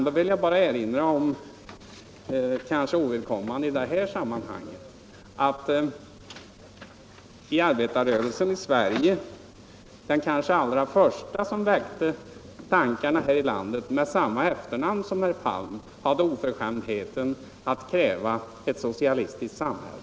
Då vill jag bara erinra om, även om det = Studiemedel till kanske är ovidkommande i det här sammanhanget, att den kanske allra — vissa studerande vid första inom arbetarrörelsen i Sverige — med samma efternamn som herr = juridiska fakulteten Palm — som väckte tankar om en ny samhällsordning hade oförskämdi Lund heten att kräva ett socialistiskt samhälle.